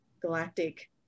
galactic